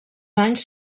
anys